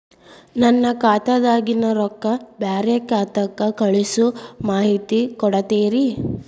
ನನ್ನ ಖಾತಾದಾಗಿನ ರೊಕ್ಕ ಬ್ಯಾರೆ ಖಾತಾಕ್ಕ ಕಳಿಸು ಮಾಹಿತಿ ಕೊಡತೇರಿ?